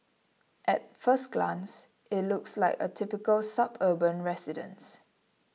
at first glance it looks like a typical suburban residence